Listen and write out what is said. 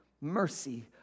Mercy